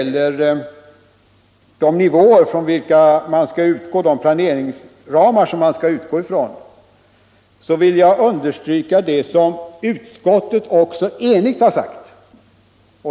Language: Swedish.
Med anledning av vad herr Dahlgren sade om de planeringsramar som man skall utgå ifrån vill jag understryka det som utskottet också har sagt.